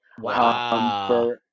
Wow